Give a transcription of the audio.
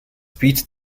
bietet